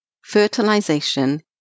fertilization